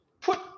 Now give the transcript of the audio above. put